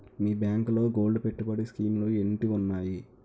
మీ బ్యాంకులో గోల్డ్ పెట్టుబడి స్కీం లు ఏంటి వున్నాయి?